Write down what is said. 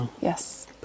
Yes